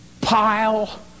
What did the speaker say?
pile